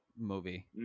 movie